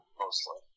mostly